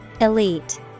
Elite